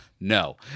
No